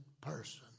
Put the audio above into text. person